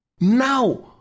Now